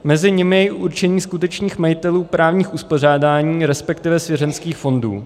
Mezi nimi je určení skutečných majitelů právních uspořádání, resp. svěřenských fondů.